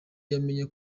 yamenye